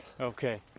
Okay